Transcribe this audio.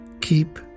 keep